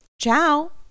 Ciao